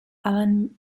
allan